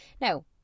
Now